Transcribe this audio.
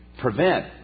prevent